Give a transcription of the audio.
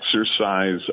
exercise